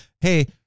Hey